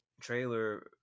trailer